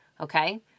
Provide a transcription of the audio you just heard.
Okay